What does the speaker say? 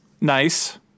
Nice